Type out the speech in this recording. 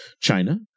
China